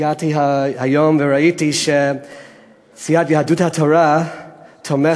הגעתי היום וראיתי שסיעת יהדות התורה תומכת